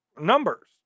numbers